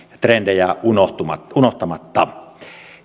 trendejä unohtamatta unohtamatta